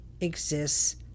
exists